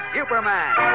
Superman